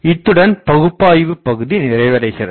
இத்துடன் பகுப்பாய்வு பகுதி நிறைவடைகிறது